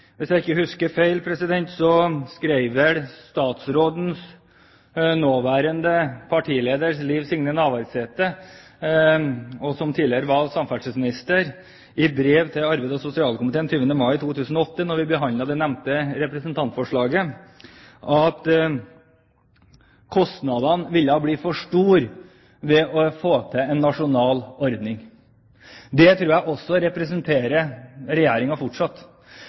hvis jeg ikke husker feil, skrev vel statsrådens nåværende partileder, Liv Signe Navarsete, som tidligere var samferdselsminister, i brev til arbeids- og sosialkomiteen 20. mai 2008, da vi behandlet det nevnte representantforslaget, at kostnadene ville bli for store med en nasjonal ordning. Det synet tror jeg er representativt for Regjeringen fortsatt,